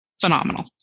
Phenomenal